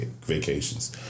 vacations